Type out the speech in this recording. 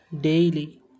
daily